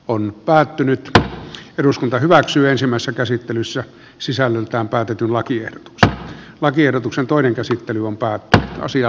oli päättynyt tätä eduskunta hyväksyy ensimmäistä käsittelyssä sisällöltään päätetyn lakiehdotuksen lakiehdotuksen toinen käsittely on päättynyt ja asia